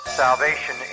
salvation